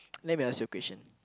let me ask you a question